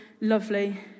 lovely